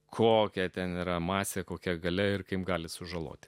kokia ten yra masė kokia galia ir kaip gali sužaloti